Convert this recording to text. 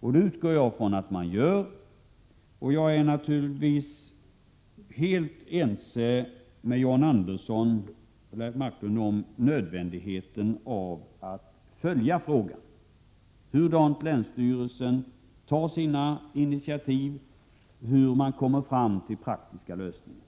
och jag utgår från att så sker. Jag är naturligtvis helt ense med John Andersson och Leif Marklund om nödvändigheten av att följa frågan, dvs. se efter hur länsstyrelsen agerar och tar initiativ och hur man kommer fram till praktiska lösningar.